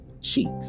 Cheeks